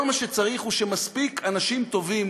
כל מה שצריך הוא שמספיק אנשים טובים